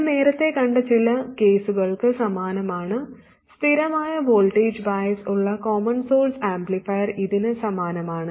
ഇത് നേരത്തെ കണ്ട ചില കേസുകൾക്ക് സമാനമാണ് സ്ഥിരമായ വോൾട്ടേജ് ബയാസ് ഉള്ള കോമൺ സോഴ്സ് ആംപ്ലിഫയർ ഇതിനു സമാനമാണ്